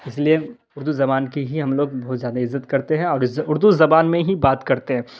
اس لیے اردو زبان کی ہی ہم لوگ بہت زیادہ عزت کرتے ہیں اور اردو زبان میں ہی بات کرتے ہیں